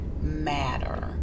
matter